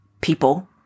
people